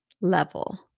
level